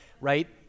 right